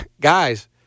guys